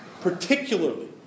particularly